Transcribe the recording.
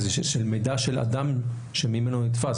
מידע של אדם שממנו הוא נתפס.